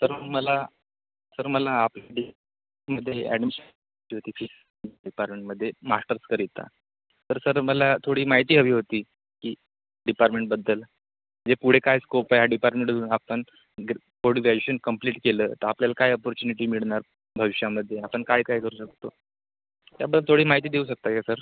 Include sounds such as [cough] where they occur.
sir मला sir मला आपल्या [unintelligible] मध्ये ॲडमिशन घ्यायची होती [unintelligible] डिपारमेंटमध्ये मास्टर्सकरीता तर सर मला थोडी माहिती हवी होती की डिपारमेंटबद्दल जे पुढे काय स्कोप आहे डिपार्टमेंट आपण गे पोर्ड ग्रॅज्युएशन कंप्लीट केलं तर आपल्याला काय अपॉर्च्युनिटी मिळणार भविष्यामध्ये आपण काय काय करू शकतो त्याबद्दल थोडी माहिती देऊ शकता का सर